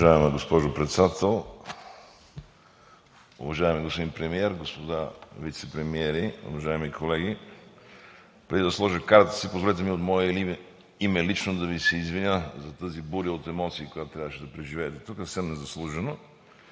Уважаема госпожо Председател, уважаеми господин Премиер, господа вицепремиери, уважаеми колеги! Преди да сложа картата си, позволете ми лично от мое име да Ви се извиня за тази буря от емоции, която трябваше да преживеете тук съвсем незаслужено,